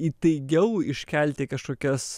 įtaigiau iškelti kažkokias